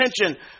attention